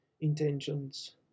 intentions